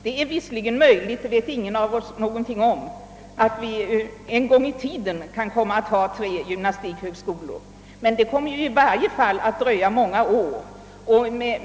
Det är visserligen möjligt — det vet ingen av oss någonting om — att det en gång i tiden kommer att finnas tre gymnastikhögskolor, men det dröjer i varje fall rätt många år.